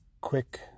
quick